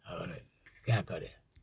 और क्या करें